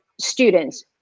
students